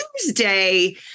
Tuesday